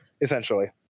essentially